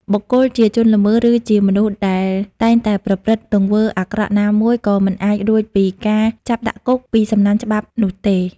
បុគ្គលជាជនល្មើសឬជាមនុស្សដែលតែងតែប្រព្រឹត្តទង្វើអាក្រក់ណាមួយ គឺមិនអាចរួចពីការចាប់ដាក់គុក ពីសំណាញ់ច្បាប់នោះទេ។